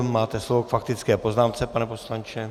Máte slovo k faktické poznámce, pane poslanče.